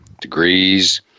degrees